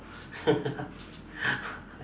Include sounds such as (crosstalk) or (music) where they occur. (laughs)